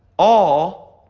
all.